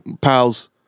pals